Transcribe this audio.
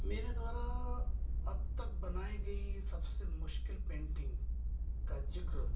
मेरे द्वारा अब तक बनाई गई सबसे मुश्किल पेंटिंग का जिक्र